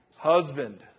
Husband